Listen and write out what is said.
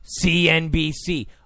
CNBC